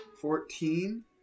Fourteen